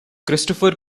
christopher